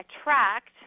attract